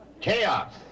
Chaos